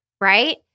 Right